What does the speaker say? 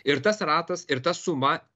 ir tas ratas ir ta suma